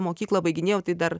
mokyklą baiginėjau tai dar